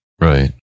Right